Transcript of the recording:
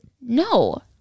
No